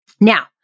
now